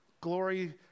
Glory